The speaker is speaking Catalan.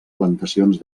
plantacions